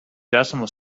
decimal